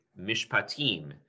Mishpatim